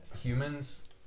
humans